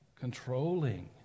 controlling